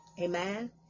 Amen